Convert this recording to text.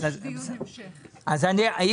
אז מה יהיה במקביל למליאה?